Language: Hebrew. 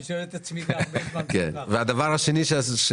אני שואל את עצמי גם --- והדבר השני שביקשתי